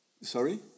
sorry